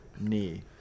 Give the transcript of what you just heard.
knee